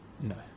No